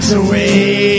away